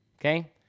Okay